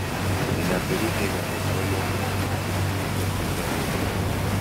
neturiu nė vienos svajonės susijusios su seulu